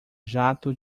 jato